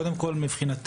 קודם כול, מבחינת